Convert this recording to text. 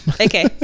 okay